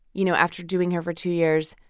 you know, after doing her for two years,